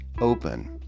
open